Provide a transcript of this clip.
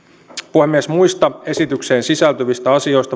puhemies muista esitykseen sisältyvistä asioista